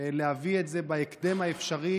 להביא את זה בהקדם האפשרי,